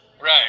Right